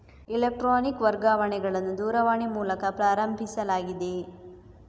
electronic ವರ್ಗಾವಣೆಗಳನ್ನು ದೂರವಾಣಿ ಮೂಲಕ ಪ್ರಾರಂಭಿಸಲಾಗಿದೆ